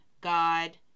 God